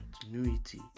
continuity